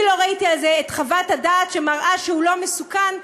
אני לא ראיתי את חוות הדעת שמראה שהוא לא מסוכן.